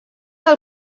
del